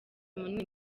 munini